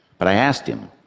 but i asked him,